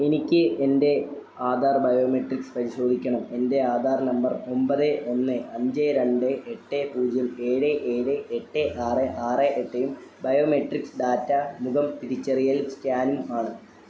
എനിക്ക് എൻ്റെ ആധാർ ബയോമെട്രിക്സ് പരിശോധിക്കണം എൻ്റെ ആധാർ നമ്പർ ഒമ്പത് ഒന്ന് അഞ്ച് രണ്ട് എട്ട് പൂജ്യം ഏഴ് ഏഴ് എട്ട് ആറ് ആറ് എട്ടും ബയോമെട്രിക്സ് ഡാറ്റ മുഖം തിരിച്ചറിയൽ സ്കാനും ആണ്